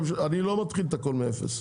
אני לא מתחיל את הכול מאפס.